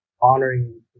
honoring